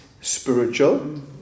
spiritual